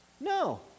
No